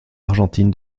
argentine